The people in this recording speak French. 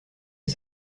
est